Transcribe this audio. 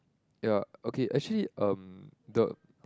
ya okay actually um the